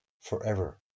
forever